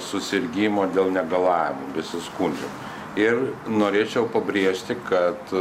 susirgimo dėl negalavimų besiskundžiant ir norėčiau pabrėžti kad